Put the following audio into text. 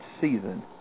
season